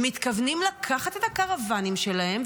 הם מתכוונים לקחת את הקרוונים שלהם,